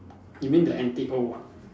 you mean the antique old ah